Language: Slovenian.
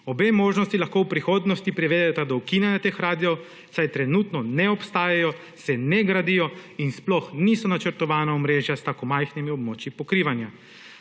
Obe možnosti lahko v prihodnosti privedeta do ukinjanja teh radiev, saj trenutno ne obstajajo, se ne gradijo in sploh niso načrtovana omrežja s tako majhnimi območji pokrivanja.